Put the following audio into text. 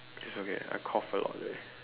it's okay I cough a lot leh